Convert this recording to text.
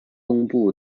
东部